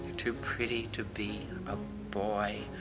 too pretty to be a boy,